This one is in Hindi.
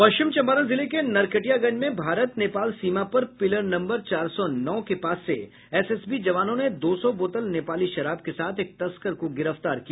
पश्चिम चंपारण जिले के नरकटियागंज में भारत नेपाल सीमा पर पिलर नम्बर चार सौ नौ के पास से एसएसबी जवानों ने दो सौ बोतल नेपाली शराब के साथ एक तस्कर को गिरफ्तार किया